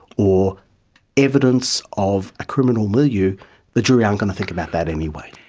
or evidence of a criminal milieu, the jury aren't going to think about that anyway.